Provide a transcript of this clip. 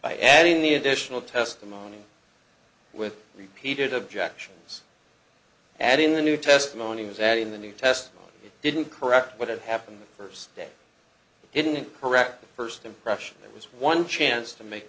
by adding the additional testimony with repeated objections and in the new testimony was that in the new test he didn't correct what had happened first day didn't correct the first impression that was one chance to make